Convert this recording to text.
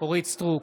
אורית מלכה סטרוק,